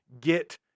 get